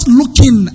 looking